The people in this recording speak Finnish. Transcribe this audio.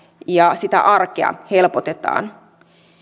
ja sitä miten sitä arkea helpotetaan